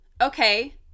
okay